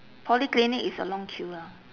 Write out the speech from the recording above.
polyclinic is a long queue lah